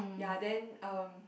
ya then uh